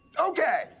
Okay